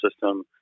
system